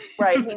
Right